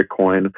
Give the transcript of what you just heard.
Bitcoin